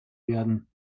werden